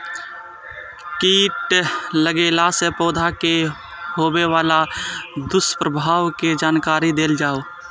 कीट लगेला से पौधा के होबे वाला दुष्प्रभाव के जानकारी देल जाऊ?